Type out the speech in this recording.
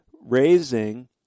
raising